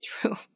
True